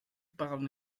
barn